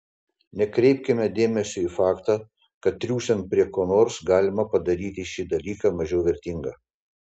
nekreipkime dėmesio į faktą kad triūsiant prie ko nors galima padaryti šį dalyką mažiau vertingą